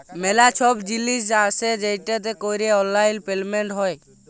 ম্যালা ছব জিলিস আসে যেটতে ক্যরে অললাইল পেমেলট হ্যয়